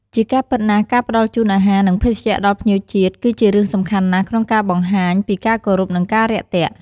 ជាការពិតណាស់ការផ្តល់ជូនអាហារ និងភេសជ្ជៈដល់ភ្ញៀវជាតិ គឺជារឿងសំខាន់ណាស់ក្នុងការបង្ហាញពីការគោរព និងការរាក់ទាក់។